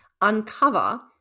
uncover